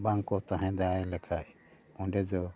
ᱵᱟᱝᱠᱚ ᱛᱟᱦᱮᱸ ᱫᱟᱲᱮ ᱞᱮᱠᱷᱟᱱ ᱚᱸᱰᱮ ᱫᱚ